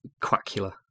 Quackula